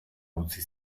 utzi